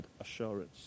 assurance